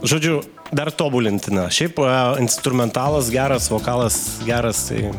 žodžiu dar tobulintina šiaip a instrumentalas geras vokalas geras tai